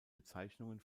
bezeichnungen